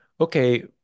okay